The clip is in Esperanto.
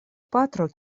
patro